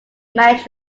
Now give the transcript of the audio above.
managed